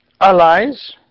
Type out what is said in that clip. allies